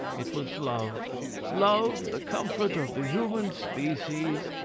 it was love love, the comfort of the human species,